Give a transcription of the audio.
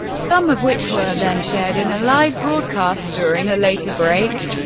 some of which were then shared in a live broadcast during a later break.